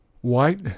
white